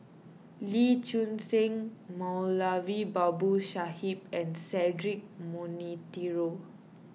Lee Choon Seng Moulavi Babu Sahib and Cedric Monteiro